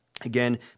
Again